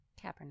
Kaepernick